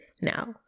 now